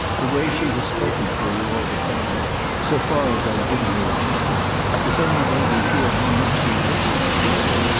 the way she has spoken for you, all the same so far as i've given her a chance has only made me feel how much she wishes to keep you.